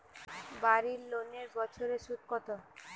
বাড়ি লোনের বছরে সুদ কত?